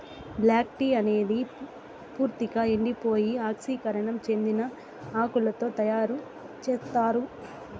black tea అనేది పూర్తిక ఎండిపోయి ఆక్సీకరణం చెందిన ఆకులతో తయారు చేత్తారు